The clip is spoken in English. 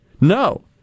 No